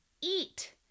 eat